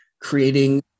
creating